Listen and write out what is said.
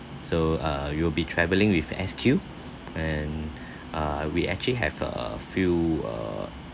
so uh you will be travelling with SQ and uh we actually have a a few uh